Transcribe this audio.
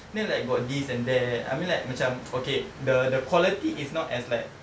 then like got this and that I mean like macam okay the the quality is not as like